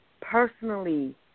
personally